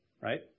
Right